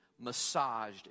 massaged